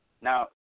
Now